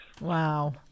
Wow